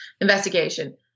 investigation